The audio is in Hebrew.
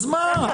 אז מה.